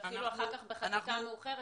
ואחר כך בחקיקה מאוחרת,